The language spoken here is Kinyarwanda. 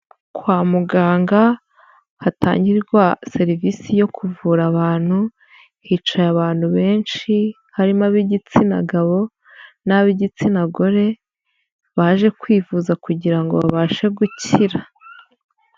Kwa muganga hatangirwa serivisi yo kuvura abantu hicaye abantu benshi harimo ab'igitsina gabo n'ab'igitsina gore baje kwivuza kugira ngo babashe gukira.